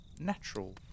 natural